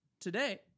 today